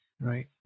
Right